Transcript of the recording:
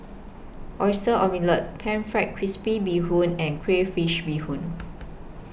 Oyster Omelette Pan Fried Crispy Bee Hoon and Crayfish Beehoon